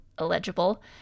illegible